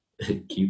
keep